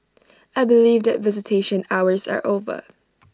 I believe that visitation hours are over